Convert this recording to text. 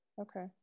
Okay